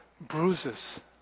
bruises